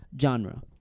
genre